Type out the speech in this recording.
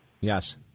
Yes